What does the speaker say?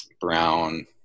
Brown